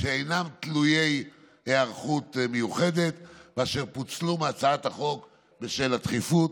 שאינם תלויי היערכות מיוחדת ואשר פוצלו מהצעת החוק בשל הדחיפות.